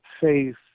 faith